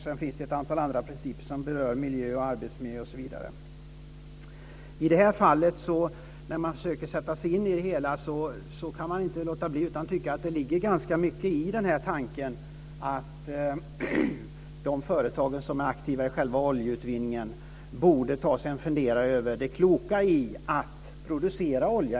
Det finns ett antal andra principer som berör miljö, arbetsmiljö osv. När man försöker sätta sig in i det här fallet kan man inte låta bli att tycka att det ligger ganska mycket i tanken att de företag som är aktiva i själva oljeutvinningen borde ta sig en funderare över det kloka i att producera olja.